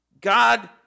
God